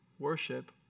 Worship